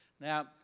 Now